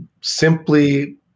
simply